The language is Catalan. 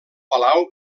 palau